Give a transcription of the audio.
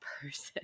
person